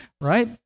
right